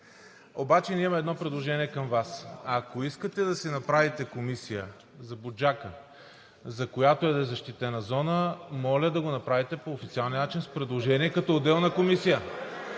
обаче ние имаме едно предложение към Вас. Ако искате да си направите комисия за Буджака, за която и да е защитена зона, моля да го направите по официалния начин – с предложение като отделна комисия.